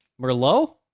Merlot